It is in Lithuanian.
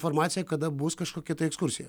informaciją kada bus kažkokia tai ekskursija